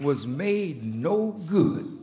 was made no good